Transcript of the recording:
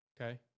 Okay